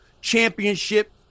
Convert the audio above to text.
championship